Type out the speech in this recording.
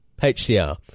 hdr